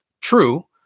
true